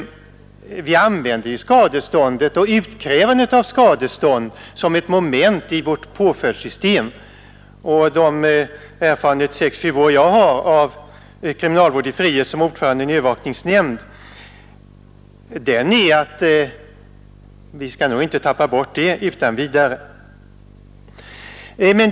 Vi utkräver skadestånd som ett moment i vårt påföljdssystem, och de erfarenheter under 6 å 7 år som jag har av kriminalvård i frihet såsom ord förande i en övervakningsnämnd är att vi inte utan vidare skall ta bort skadeståndet.